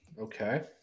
Okay